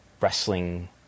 wrestling